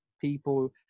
people